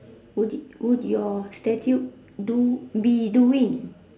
would it would your statue do be doing